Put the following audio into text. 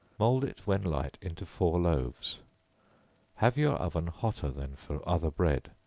mould it, when light, into four loaves have your oven hotter than for other bread,